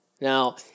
Now